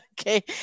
Okay